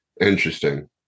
Interesting